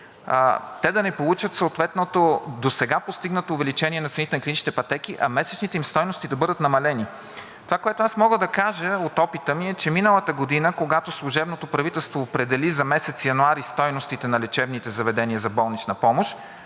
те да не получат съответното постигнато досега увеличение на цените на клиничните пътеки, а месечните им стойности да бъдат намалени. Това, което аз мога да кажа от опита ми, е, че миналата година, когато служебното правителство определи за месец януари стойностите на лечебните заведения за болнична помощ,